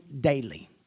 daily